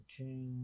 okay